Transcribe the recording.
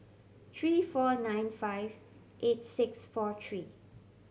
three four nine five eight six four three